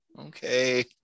okay